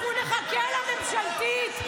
אנחנו נחכה לממשלתית.